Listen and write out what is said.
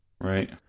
right